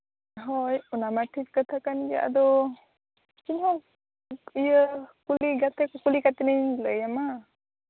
ᱦᱳᱭ ᱚᱱᱟᱢᱟ ᱴᱷᱤᱠ ᱠᱟᱛᱷᱟ ᱠᱟᱱ ᱜᱮᱭᱟ ᱟᱫᱚ ᱤᱭᱟᱹ ᱠᱩᱞᱤ ᱜᱟᱛᱮ ᱠᱚ ᱠᱩᱞᱤ ᱠᱟᱛᱮᱞᱤᱧ ᱞᱟᱹᱭᱟᱢᱟ